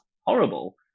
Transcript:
horrible